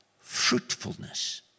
fruitfulness